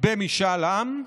במשאל עם,